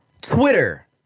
twitter